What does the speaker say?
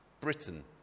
Britain